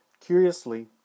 Curiously